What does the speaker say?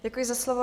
Děkuji za slovo.